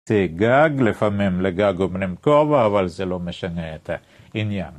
זה גג, לפעמים לגג אומרים כובע, אבל זה לא משנה את העניין.